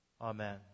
Amen